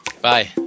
bye